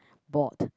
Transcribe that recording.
board